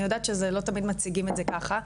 אני יודעת שלא תמיד מציגים את זה ככה,